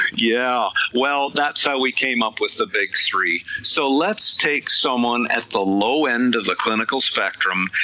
yeah well that's how we came up with the big three, so let's take someone at the low end of the clinical spectrum,